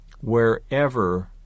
wherever